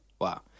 Wow